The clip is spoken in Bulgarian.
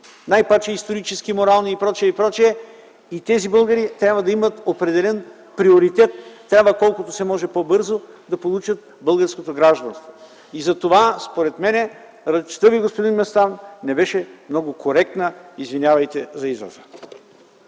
най-паче исторически, морални и пр., и тези българи трябва да имат определен приоритет – трябва колкото се може по-бързо да получат българското гражданство. Затова, според мен, речта ви, господин Местан, не беше много коректна, извинявайте за израза.